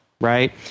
Right